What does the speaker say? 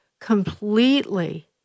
completely